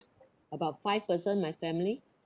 about five person in my family